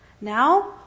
Now